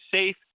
safe